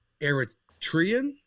Eritrean